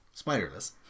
Spiderless